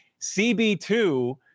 CB2